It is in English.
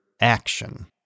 action